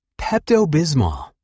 Pepto-Bismol